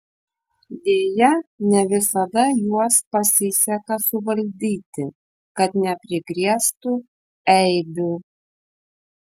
deja ne visada juos pasiseka suvaldyti kad neprikrėstų eibių